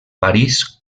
parís